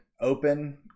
open